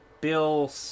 Bill